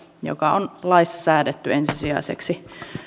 joka on laissa säädetty ensisijaiseksi